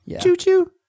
Choo-choo